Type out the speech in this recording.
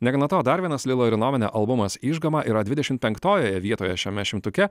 negana to dar vienas lilo ir innomine albumas išgama yra dvidešim penktojoje vietoje šiame šimtuke